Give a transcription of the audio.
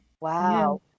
wow